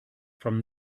from